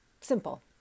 simple